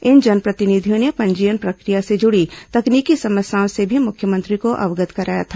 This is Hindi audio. इन जनप्रतिनिधियों ने पंजीयन प्रक्रिया से जुड़ी तकनीकी समस्याओं से भी मुख्यमंत्री को अवगत कराया था